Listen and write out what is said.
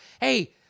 hey